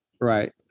Right